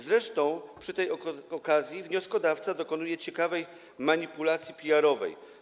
Zresztą przy tej okazji wnioskodawca dokonuje ciekawej manipulacji PR-owskiej.